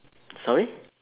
sorry